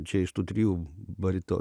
čia iš tų trijų barito